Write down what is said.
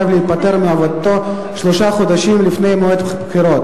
חייב להתפטר מעבודתו שלושה חודשים לפני מועד הבחירות